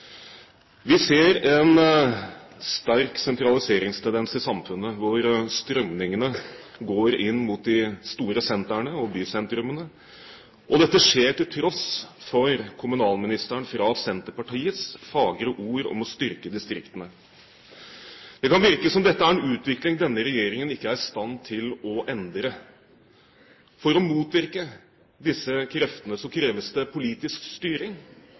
Vi ser en sterk sentraliseringstendens i samfunnet. Strømningene går inn mot de store sentrene og bysentrene. Dette skjer til tross for kommunalministeren fra Senterpartiets fagre ord om å styrke distriktene. Det kan virke som om dette er en utvikling denne regjeringen ikke er i stand til å endre. For å motvirke disse kreftene kreves det politisk styring,